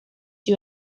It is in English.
you